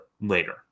later